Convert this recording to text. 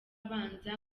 abanza